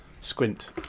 Squint